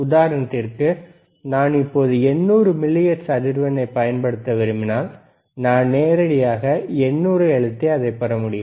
உதாரணத்திற்கு நான் இப்பொழுது 800 மில்லிஹெர்ட்ஸ் அதிர்வெண்ணை பயன்படுத்த விரும்பினால் நான் நேரடியாக 800 ஐ அழுத்தி அதை பெற முடியும்